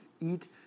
eat